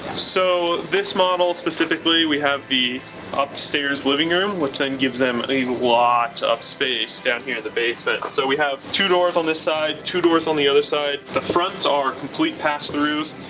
so this model specifically we have the upstairs living room which then gives them a lot of space down here at the basement. so we have two doors on this side, two doors on the other side, the fronts are complete pass throughs.